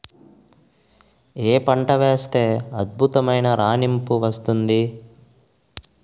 ఏ పంట వేస్తే అద్భుతమైన రాణింపు వస్తుంది?